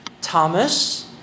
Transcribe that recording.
Thomas